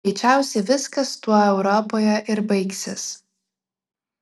greičiausiai viskas tuo europoje ir baigsis